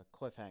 cliffhanger